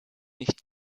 nicht